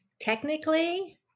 Technically